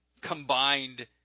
combined